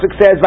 says